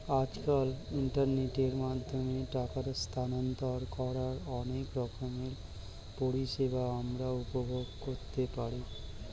আজকাল ইন্টারনেটের মাধ্যমে টাকা স্থানান্তর করার অনেক রকমের পরিষেবা আমরা উপভোগ করতে পারি